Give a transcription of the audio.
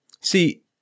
see